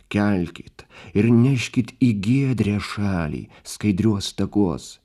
kelkit ir neškit į giedrią šalį skaidriuos takuos